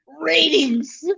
Ratings